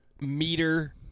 meter